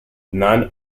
none